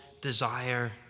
desire